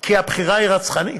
כי הבחירה היא רצחנית.